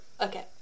Okay